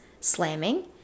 slamming